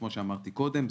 כמו שאמרתי קודם.